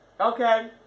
Okay